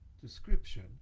description